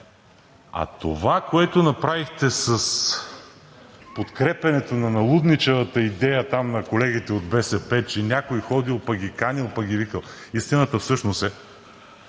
А това, което направихте с подкрепянето на налудничавата идея там на колегите от БСП, че някой ходил, пък ги канил, пък ги викал... Истината всъщност е,